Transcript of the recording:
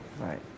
Right